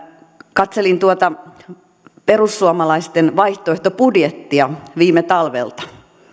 katselin tuota perussuomalaisten vaihtoehtobudjettia viime talvelta